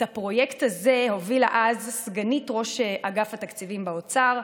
את הפרויקט הזה הובילה אז סגנית ראש אגף התקציבים באוצר,